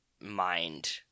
mind